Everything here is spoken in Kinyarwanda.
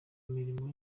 mirimo